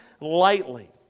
lightly